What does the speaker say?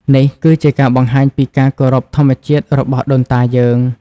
នេះគឺជាការបង្ហាញពីការគោរពធម្មជាតិរបស់ដូនតាយើង។